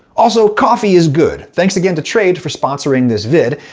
also, coffee is good. thanks again to trade for sponsoring this vid.